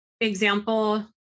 example